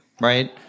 right